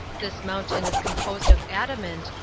this mountain is composed of adamant,